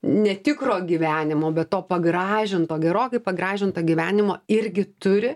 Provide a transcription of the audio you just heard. netikro gyvenimo bet to pagražinto gerokai pagražinto gyvenimo irgi turi